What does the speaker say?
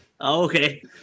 Okay